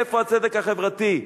איפה הצדק החברתי?